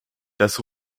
das